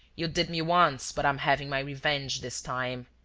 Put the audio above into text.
you did me once, but i'm having my revenge this time.